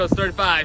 35